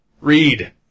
Read